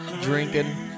Drinking